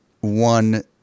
one